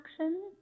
action